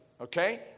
Okay